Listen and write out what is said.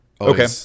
Okay